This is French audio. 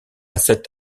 cet